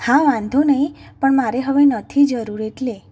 હા વાંધો નહીં પણ મારે હવે નથી જરુર એટલે